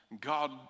God